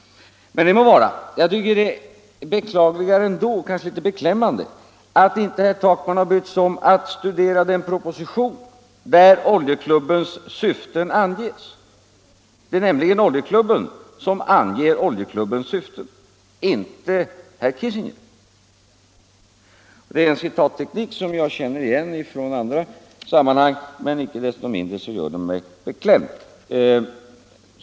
Men det må vara. Ännu beklagligare, kanske beklämmande, är att herr Takman inte har brytt sig om att studera den proposition där oljeklubbens syften anges. Det är nämligen oljeklubben som anger oljeklubbens syften, inte herr Kissinger. Detta är en citatteknik som jag känner igen från andra sammanhang, men inte desto mindre gör den mig beklämd.